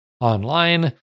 online